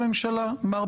הממשלה.